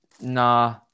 Nah